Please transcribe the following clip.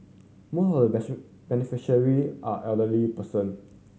most the beneficiary are elderly person